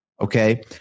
Okay